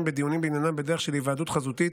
בדיונים בעניינם בדרך של היוועדות חזותית,